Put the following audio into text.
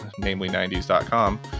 Namely90s.com